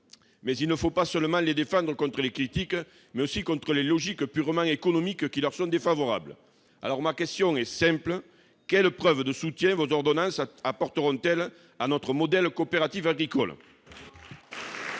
les défendre non pas seulement contre les critiques, mais aussi contre les logiques purement économiques, qui leur sont défavorables. Ma question est simple : quelles preuves de soutien vos ordonnances apporteront-elles à notre modèle coopératif agricole ?